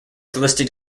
listed